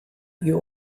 you